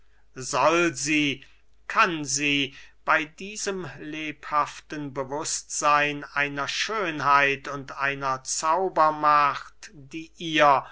sie kann sie bey diesem lebhaften bewußtseyn einer schönheit und einer zaubermacht die ihr